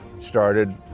started